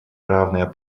равное